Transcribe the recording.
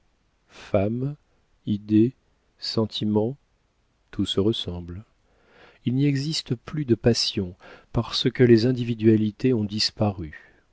femmes idées sentiments tout se ressemble il n'y existe plus de passions parce que les individualités ont disparu